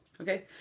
Okay